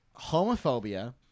homophobia